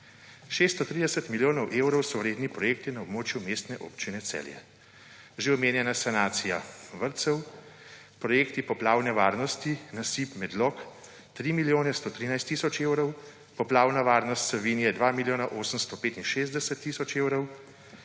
630 milijonov evrov so redni projekti na območju Mestne Občine Celje. Že omenjena sanacija vrtcev, projekti poplavne varnosti, nasip Medlog – 3 milijone 113 tisoč evrov, poplavna varnost Savinje – 2 milijona 865 tisoč evrov,